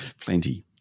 Plenty